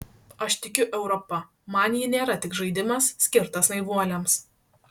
aš tikiu europa man ji nėra tik žaidimas skirtas naivuoliams